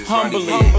Humbly